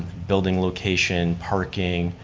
building location, parking,